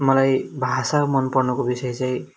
मलाई भाषा मन पर्नुको विषय चाहिँ